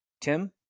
Tim